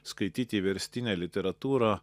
skaityti verstinę literatūrą